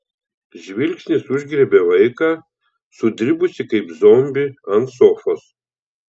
žvilgsnis užgriebė vaiką sudribusį kaip zombį ant sofos